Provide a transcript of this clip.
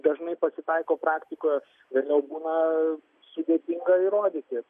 dažnai pasitaiko praktikoje jau būna sudėtinga įrodyti